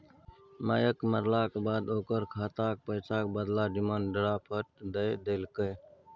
मायक मरलाक बाद ओकर खातक पैसाक बदला डिमांड ड्राफट दए देलकै